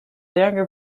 younger